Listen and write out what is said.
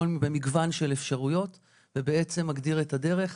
במגוון של אפשרויות ובעצם מגדיר את הדרך.